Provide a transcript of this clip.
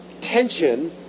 tension